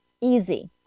easy